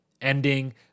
ending